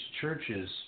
churches